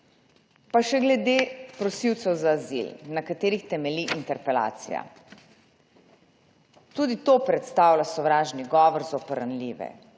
Pa še glede prosilcev za azil, na katerih temelji interpelacija; tudi to predstavlja sovražni govor zoper ranljive.